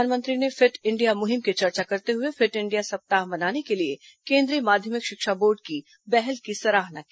प्रधानमंत्री ने fit India मुहिम की चर्चा करते हुए फिट इंडिया सप्ताह मनाने के लिए केन्द्रीय माध्यमिक शिक्षा बोर्ड की पहल की सराहना की